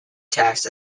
taxed